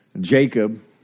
Jacob